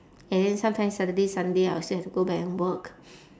and then sometimes saturday sunday I will still have to go back and work